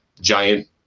giant